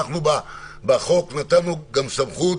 בחוק נתנו גם סמכות